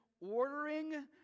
ordering